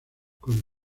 con